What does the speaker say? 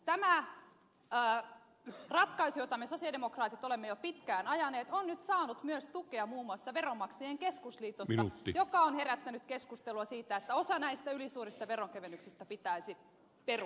tämä ratkaisu jota me sosialidemokraatit olemme jo pitkään ajaneet on nyt saanut myös tukea muun muassa veronmaksajain keskusliitosta joka on herättänyt keskustelua siitä että osa näistä ylisuurista veronkevennyksistä pitäisi perua